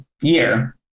year